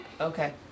Okay